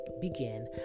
begin